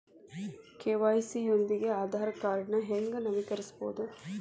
KYC ಯೊಂದಿಗ ಆಧಾರ್ ಕಾರ್ಡ್ನ ಹೆಂಗ ನವೇಕರಿಸಬೋದ